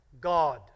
God